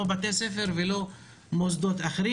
לא בתי ספר ולא מוסדות אחרים.